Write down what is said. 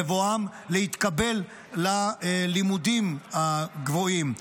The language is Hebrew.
בבואם להתקבל ללימודים הגבוהים.